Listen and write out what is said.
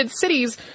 cities